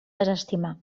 desestimar